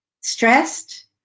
stressed